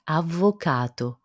avvocato